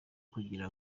kugira